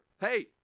hey